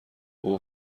اوه